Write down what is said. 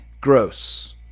Gross